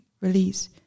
release